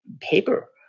paper